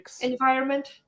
environment